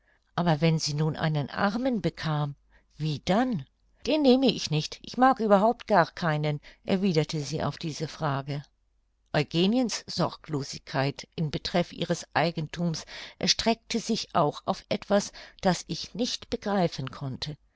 aber wenn sie nun einen armen bekam wie dann den nehme ich nicht ich mag überhaupt gar keinen erwiderte sie auf diese frage eugeniens sorglosigkeit in betreff ihres eigenthums erstreckte sich auch auf etwas das ich nicht begreifen konnte